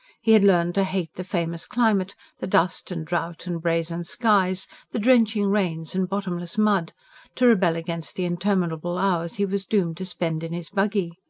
he had learnt to hate the famous climate the dust and drought and brazen skies the drenching rains and bottomless mud to rebel against the interminable hours he was doomed to spend in his buggy.